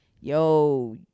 yo